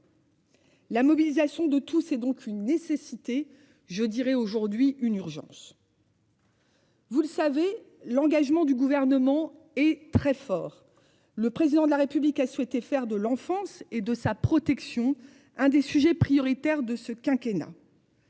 La mobilisation de tous. C'est donc une nécessité je dirais aujourd'hui une urgence. Vous le savez l'engagement du gouvernement est très fort. Le président de la République a souhaité faire de l'enfance et de sa protection. Un des sujets prioritaires de ce quinquennat.--